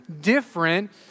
different